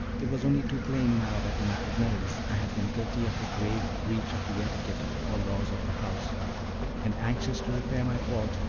it was only too plain now that in my ignorance i had been guilty of a grave breach of the etiquette or laws of the house and anxious to repair my fault,